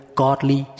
godly